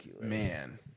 Man